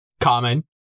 common